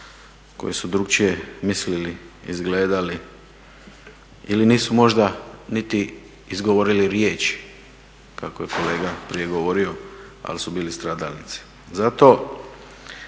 koji su drukčije mislili, izgledali ili nisu možda niti izgovorili riječi kako je kolega prije govorio, ali su bili stradalnici.